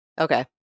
Okay